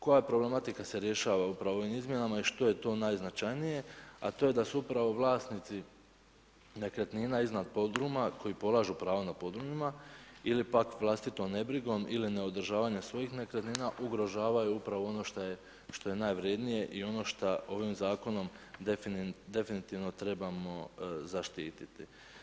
Koja problematika se rješava upravo u ovim izmjenama i što je to najznačajnije, a to je da su upravo vlasnici nekretnina iznad podruma koji polažu pravo na podrumima ili pak vlastitom nebrigom ili ne održavanja svojih nekretnina ugrožavaju upravo ono što je najvrednije i ono što ovim zakonom definitivno trebamo zaštititi.